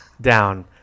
down